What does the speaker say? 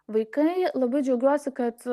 vaikai labai džiaugiuosi kad